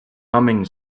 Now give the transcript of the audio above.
humming